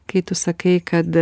kai tu sakai kad